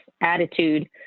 attitude